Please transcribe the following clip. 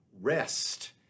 rest